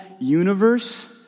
universe